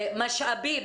שהמשאבים